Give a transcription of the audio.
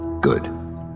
Good